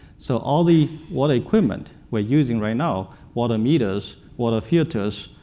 so all the water equipment we're using right now, water meters, water filters,